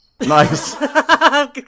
Nice